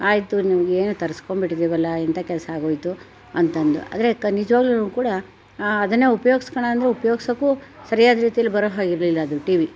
ಆಯಿತು ನಿಮ್ಮ ಏನೋ ತರಿಸ್ಕೊಂಬಿಟ್ಟಿದ್ದೀವಲ್ಲ ಎಂಥ ಕೆಲಸ ಆಗೋಯ್ತು ಅಂತ ಅಂದೆವು ಆದರೆ ಕ ನಿಜವಾಗ್ಲೂ ಕೂಡ ಅದನ್ನೇ ಉಪ್ಯೋಸ್ಕಳಣ ಅಂದ್ರೂ ಉಪಯೋಗ್ಸಕ್ಕೂ ಸರಿಯಾದ ರೀತೀಲಿ ಬರೋ ಹಾಗಿರಲಿಲ್ಲ ಅದು ಟಿ ವಿ